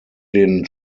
den